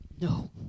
No